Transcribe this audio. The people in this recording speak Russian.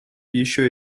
еще